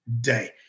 day